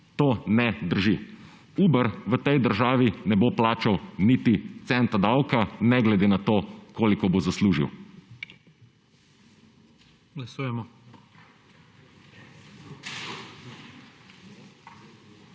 To ne drži. Uber v tej državi ne bo plačal niti centa davka, ne glede na to, koliko bo zaslužil.